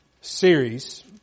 series